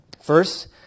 First